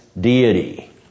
deity